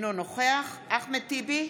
אינו נוכח אחמד טיבי,